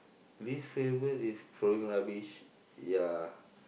least favourite is throwing rubbish ya